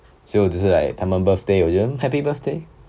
所以我只是 like 他们 birthday 我就 happy birthday